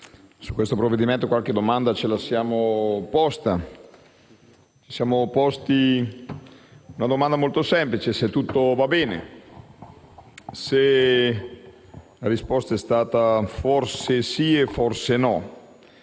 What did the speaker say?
su questo provvedimento ce la siamo posta. Ci siamo posti una domanda molto semplice, cioè se tutto va bene. La risposta è stata forse sì e forse no.